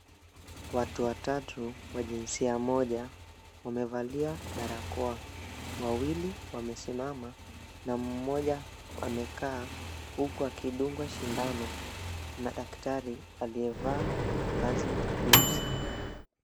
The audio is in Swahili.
Watu watatu wa jinsia moja wamevalia barakoa, wawili wamesimama mmoja amekaa huku akindugwa sindano na daktari aliyevaa vazi nyeusi.